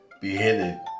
beheaded